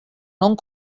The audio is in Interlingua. non